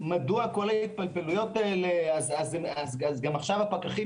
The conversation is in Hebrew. מדוע כל ההתפלפלויות האלה אז גם עכשיו הפקחים